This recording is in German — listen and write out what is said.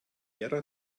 ära